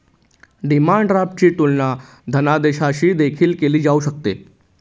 demand ड्राफ्टची तुलना धनादेशाशी देखील केली जाऊ शकते